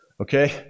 Okay